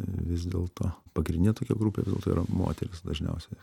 vis dėlto pagrindinė tokia grupė vis dėlto yra moterys dažniausiai